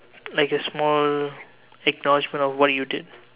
like a small acknowledgement of what you did